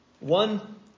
One